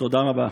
תודה רבה.